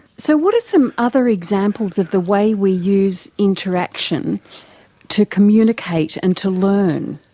so what are some other examples of the way we use interaction to communicate and to learn?